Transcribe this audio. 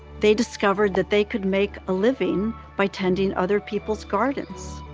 they discovered that they could make a living by tending other people's gardens.